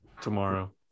tomorrow